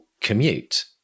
commute